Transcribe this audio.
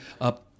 up